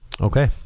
okay